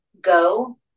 Go